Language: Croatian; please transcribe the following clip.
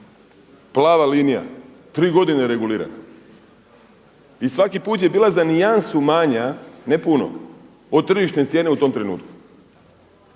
Plava linija, tri godine regulirano. I svaki put je bila za nijansu manja, ne puno od tržišne cijene u tom trenutku.